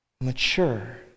mature